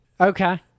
Okay